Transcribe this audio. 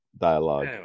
dialogue